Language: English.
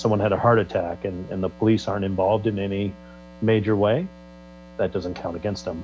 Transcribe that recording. someone had a heart attack and the police aren't involved in any major way that doesn't count against them